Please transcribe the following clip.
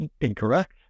incorrect